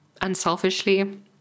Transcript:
unselfishly